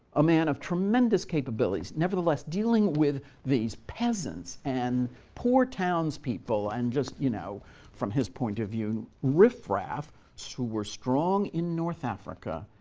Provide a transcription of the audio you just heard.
a man of tremendous capabilities. nevertheless, dealing with these peasants and poor townspeople and, you know from his point of view, riff-raff so who were strong in north africa,